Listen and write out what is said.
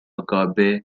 کاگب